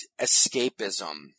escapism